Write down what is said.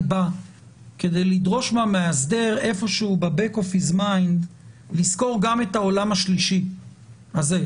בה כדי לדרוש מהמאסדר לזכור גם את העולם השלישי הזה?